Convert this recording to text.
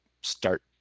start